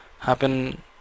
happen